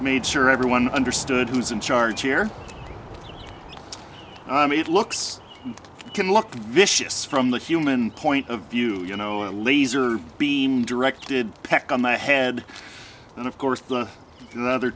made sure everyone understood who's in charge here it looks can look vicious from the human point of view you know a laser beam directed peck on my head and of course the other